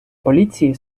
поліції